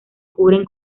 cubren